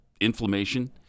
inflammation